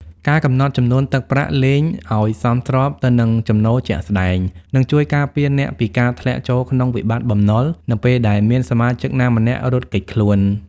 ការកំណត់ចំនួនទឹកប្រាក់លេងឱ្យសមស្របទៅនឹងចំណូលជាក់ស្ដែង នឹងជួយការពារអ្នកពីការធ្លាក់ចូលក្នុងវិបត្តិបំណុល នៅពេលដែលមានសមាជិកណាម្នាក់រត់គេចខ្លួន។